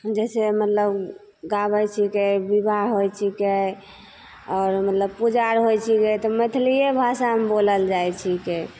जैसे मतलब गाबैत छिकै बिबाह होइत छिकै आओर मतलब पूजा आर होइत छिकै तऽ मैथिलीए भाषामे बोलल जाइत छिकै